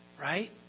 Right